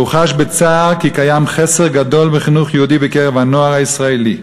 הוא חש בצער כי קיים חסר גדול בחינוך יהודי בקרב הנוער הישראלי.